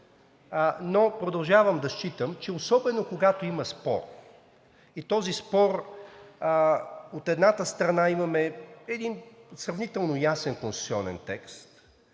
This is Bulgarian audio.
но продължавам да считам, че особено когато има спор, и този спор, от една страна, имаме един сравнително ясен конституционен текст,